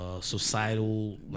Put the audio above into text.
societal